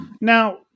Now